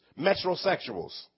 metrosexuals